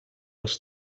als